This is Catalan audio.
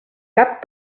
cap